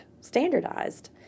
Standardized